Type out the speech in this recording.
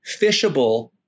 fishable